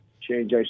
change